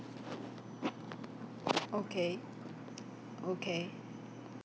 okay okay